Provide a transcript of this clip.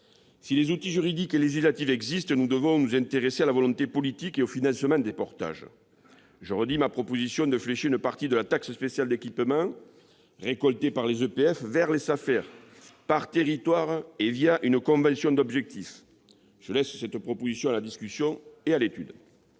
Si les outils juridiques et législatifs existent, nous devons nous intéresser à la volonté politique et au financement des portages. Je redis ma proposition de flécher une partie de la taxe spéciale d'équipement récoltée par les établissements publics fonciers vers les SAFER, par territoire et une convention d'objectifs. Je laisse cette proposition à la discussion et à l'étude.